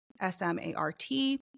S-M-A-R-T